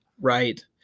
Right